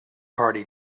party